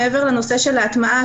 מעבר לנושא של ההטמעה,